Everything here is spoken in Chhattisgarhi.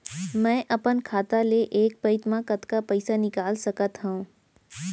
मैं अपन खाता ले एक पइत मा कतका पइसा निकाल सकत हव?